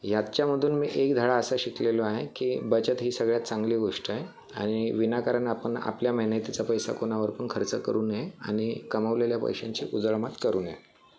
याच्यामधून मी एक धडा असा शिकलेलो आहे की बचत ही सगळ्यात चांगली गोष्ट आहे आणि विनाकारण आपण आपल्या मेहनतीचा पैसा कुणावर पण खर्च करू नये आणि कमवलेल्या पैशांची उधळमात करु नये